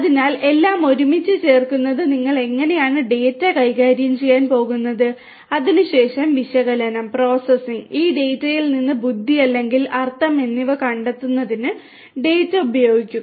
അതിനാൽ എല്ലാം ഒരുമിച്ച് ചേർക്കുന്നത് നിങ്ങൾ എങ്ങനെയാണ് ഡാറ്റ കൈകാര്യം ചെയ്യാൻ പോകുന്നത് അതിനുശേഷം വിശകലനം പ്രോസസ്സിംഗ് ഈ ഡാറ്റയിൽ നിന്ന് ബുദ്ധി അല്ലെങ്കിൽ അർത്ഥം എന്നിവ കണ്ടെത്തുന്നതിന് ഡാറ്റ ഉപയോഗിക്കുക